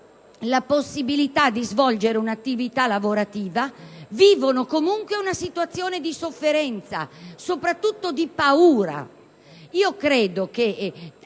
la possibilità di svolgere un'attività lavorativa, vivono comunque una situazione di sofferenza e soprattutto di paura. Anche